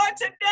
today